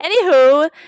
Anywho